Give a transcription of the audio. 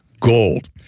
gold